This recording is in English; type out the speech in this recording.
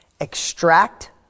extract